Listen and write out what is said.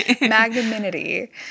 Magnanimity